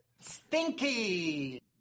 Stinky